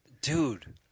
Dude